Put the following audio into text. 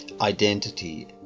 identity